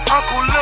Uncle